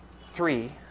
three